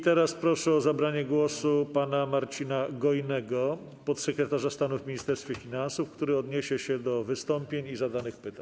Teraz proszę o zabranie głosu pana Mariusza Gojnego, podsekretarza stanu w Ministerstwie Finansów, który odniesie się do wystąpień i zadanych pytań.